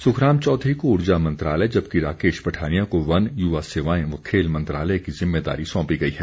सुखराम चौधरी को ऊर्जा मंत्रालय जबकि राकेश पठानिया को वन युवा सेवाएं व खेल मंत्रालय की जिम्मेवारी सौंपी गई है